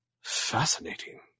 Fascinating